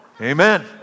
Amen